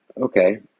okay